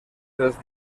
dels